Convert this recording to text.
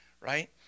Right